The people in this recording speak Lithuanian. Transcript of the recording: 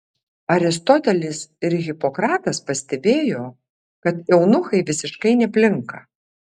aristotelis ir hipokratas pastebėjo kad eunuchai visiškai neplinka